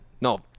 No